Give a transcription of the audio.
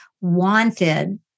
wanted